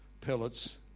pellets